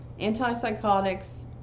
Antipsychotics